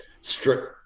strict